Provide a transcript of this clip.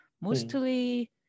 mostly